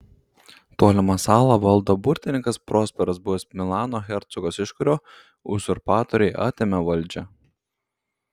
tolimą salą valdo burtininkas prosperas buvęs milano hercogas iš kurio uzurpatoriai atėmė valdžią